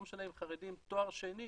לא משנה אם החרדי הוא עם תואר שני,